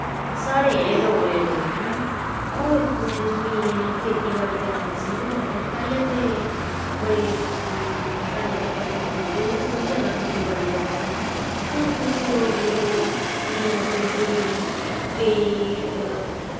साढ़े जेह्ड़े डोगरे लोक न ओह् इत्थूं दे जमीन खेती बाड़ी करना पसंद करदे न पैह्ले ते बड़ी साढ़े जेह्ड़े पैह्ले बुजुर्ग हे ओह् ते बड़ी जैदा खेती बाड़ी करदे हे हून कुछ लोक जेह्ड़े न उ'नें नौकरी थ्होई गेदी केईं